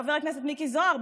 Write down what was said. חבר הכנסת מיקי זוהר,